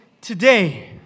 today